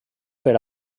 per